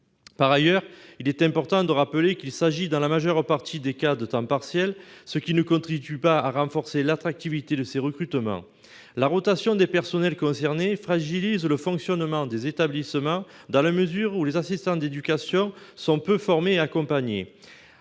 Par ailleurs, il est important de rappeler qu'il s'agit dans la majeure partie des cas de temps partiels, ce qui ne contribue pas à renforcer l'attractivité de ces recrutements. La rotation des personnels concernés fragilise le fonctionnement des établissements, dans la mesure où les AED sont peu formés et accompagnés.